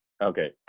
Okay